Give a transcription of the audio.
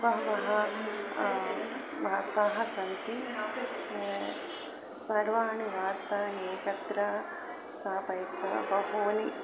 बहवः वार्ताः सन्ति सर्वाणि वार्ताणि तत्र स्थापयित्वा बहूनि